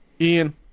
Ian